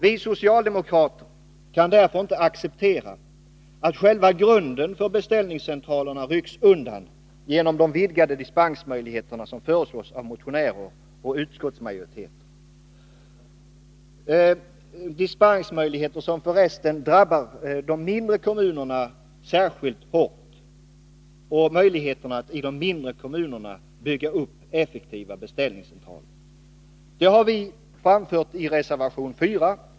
Vi socialdemokrater kan inte acceptera att själva grunden för beställningscentralerna rycks undan genom de vidgade dispensmöjligheter som föreslås av motionärer och utskottsmajoritet, dispensmöjligheter som särskilt hårt drabbar de mindre kommunernas möjligheter att bygga upp effektiva beställningscentraler. Detta har vi framfört i reservation 4.